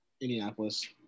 Indianapolis